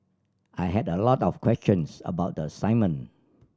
I had a lot of questions about the assignment